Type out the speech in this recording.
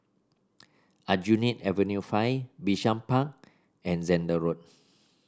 Aljunied Avenue Five Bishan Park and Zehnder Road